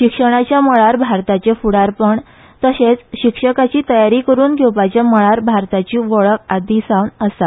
शिक्षणाच्या मळार भारताचे फूडारपण तशेच शिक्षकाची तयारी करुन घेवपाच्या मळार भारताची वळख आदीसावन आसा